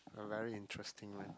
a very interesting line